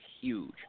huge